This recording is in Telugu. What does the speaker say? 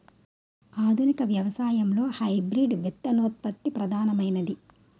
ఆధునిక వ్యవసాయంలో హైబ్రిడ్ విత్తనోత్పత్తి ప్రధానమైనది